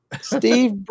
Steve